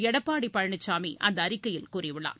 எடப்பாடி பழனிசாமி அந்த அறிக்கையில் கூறியுள்ளார்